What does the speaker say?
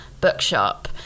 bookshop